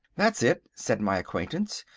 that's it, said my acquaintance,